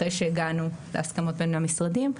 אחרי שהגענו להסכמות בין המשרדים,